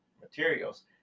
materials